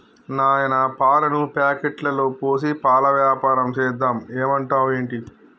నాయనా పాలను ప్యాకెట్లలో పోసి పాల వ్యాపారం సేద్దాం ఏమంటావ్ ఏంటి